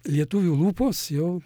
lietuvių lūpos jau